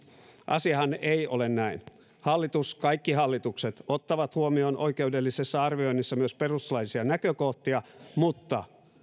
asiahan ei ole näin hallitus kaikki hallitukset ottavat huomioon oikeudellisessa arvioinnissa myös perustuslaillisia näkökohtia mutta